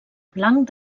blanc